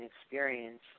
experience